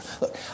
Look